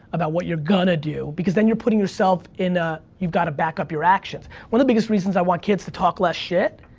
about what you're gonna do because then, you're putting yourself in a you've got to back up your actions. one of the biggest reasons i want kids to talk less shit,